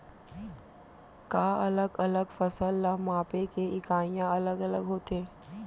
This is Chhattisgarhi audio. का अलग अलग फसल ला मापे के इकाइयां अलग अलग होथे?